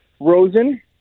Rosen